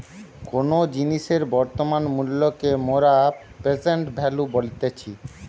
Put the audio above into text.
কোনো জিনিসের বর্তমান মূল্যকে মোরা প্রেসেন্ট ভ্যালু বলতেছি